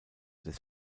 des